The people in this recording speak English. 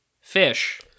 fish